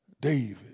David